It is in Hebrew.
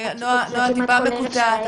אנחנו פשוט לא מצליחים לשמוע אותך כמו שצריך,